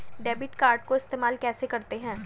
Debit card को इस्तेमाल कैसे करते हैं?